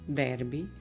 verbi